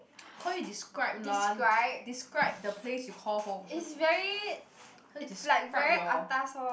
call you describe lah describe the place you call home call you describe your